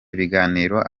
ibiganiro